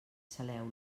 saleu